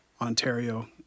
Ontario